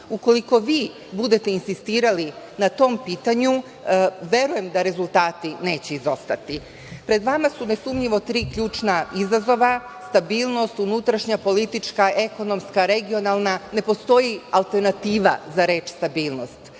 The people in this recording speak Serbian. Ukoliko vi budete insistirali na tom pitanju, verujem da rezultati neće izostati. Pred vama su nesumnjivo tri ključna izazova – stabilnost, unutrašnja, politička, ekonomska, regionalna, ne postoji alternativa za reč stabilnost.